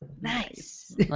nice